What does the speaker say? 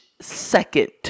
second